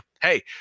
hey